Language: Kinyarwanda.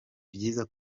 byiza